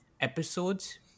episodes